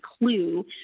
clue